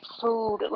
food